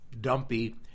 dumpy